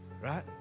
right